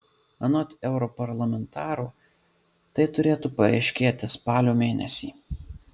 anot europarlamentaro tai turėtų paaiškėti spalio mėnesį